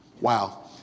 Wow